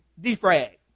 defrag